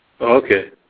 Okay